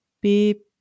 beep